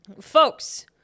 Folks